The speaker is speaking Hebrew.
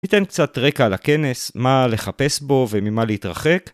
ניתן קצת רקע לכנס, מה לחפש בו וממה להתרחק